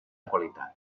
qualitat